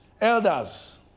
elders